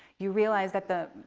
you realize that the.